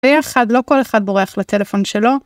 ביחד לא כל אחד בורח לטלפון שלו.